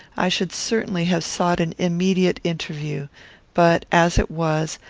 i should certainly have sought an immediate interview but, as it was,